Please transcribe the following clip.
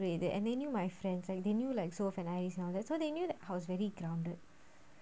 and they knew my friends and they knew like sof and alise and all that so they knew that I was very grounded